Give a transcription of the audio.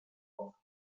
auf